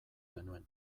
genuen